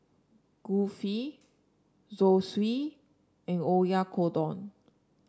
Kulfi Zosui and Oyakodon